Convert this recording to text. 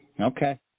Okay